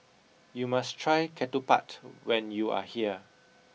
you must try Ketupat when you are here